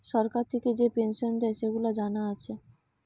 সরকার থিকে যে পেনসন দেয়, সেগুলা জানা আছে